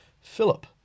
Philip